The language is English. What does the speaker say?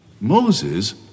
Moses